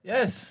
Yes